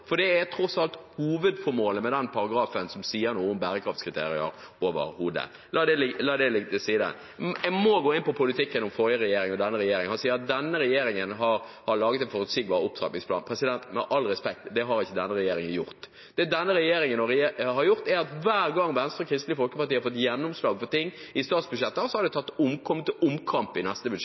Det er tross alt hovedformålet med den paragrafen som sier noe om bærekraftskriterier overhodet. La det legges til side. Jeg må gå inn på politikken til forrige regjering og denne regjeringen. Han sier at denne regjeringen har laget en forutsigbar opptrappingsplan. Med all respekt – det har denne regjeringen ikke gjort. Det denne regjeringen har gjort, er at hver gang Venstre og Kristelig Folkeparti har fått gjennomslag for noe i statsbudsjetter, har det kommet til omkamp i de neste